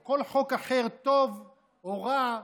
או כל חוק אחר, טוב או רע,